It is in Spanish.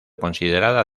considerada